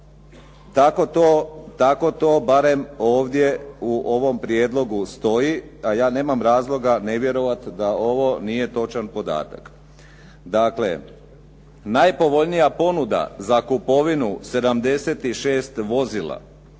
Tako to barem ovdje u ovom prijedlogu stoji a ja nemam razloga ne vjerovati da ovo nije točan podatak. Dakle, najpovoljnija ponuda za kupovinu 76 vozila